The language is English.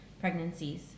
pregnancies